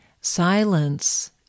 silence